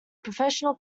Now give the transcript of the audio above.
professional